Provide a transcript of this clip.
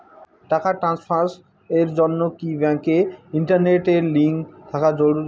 টাকা ট্রানস্ফারস এর জন্য কি ব্যাংকে ইন্টারনেট লিংঙ্ক থাকা জরুরি?